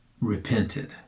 repented